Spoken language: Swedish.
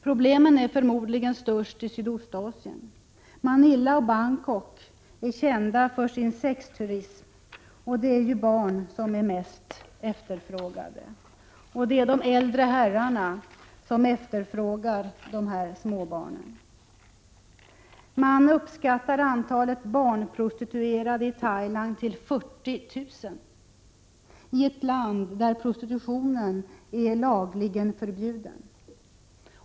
Problemen är förmodligen störst i Sydostasien. Manila och Bangkok är kända för sin sexturism, och det är ju barn som är mest efterfrågade. Det är de äldre herrarna som efterfrågar dessa småbarn. Man uppskattar antalet barnprostituerade i Thailand till 40 000 — detta i ett land där prostitutionen är lagligen förbjuden.